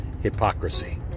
hypocrisy